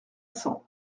cents